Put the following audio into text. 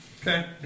Okay